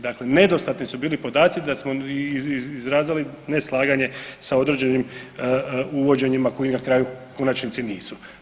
Dakle, nedostatni su bili podaci da smo iskazali neslaganje sa određenim uvođenjima koji na kraju u konačnici nisu.